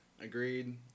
Agreed